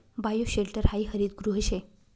bioshelter हायी हरितगृह शे